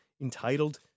entitled